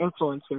influencers